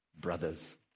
brothers